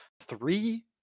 three